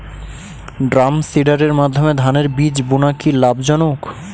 ড্রামসিডারের মাধ্যমে ধানের বীজ বোনা কি লাভজনক?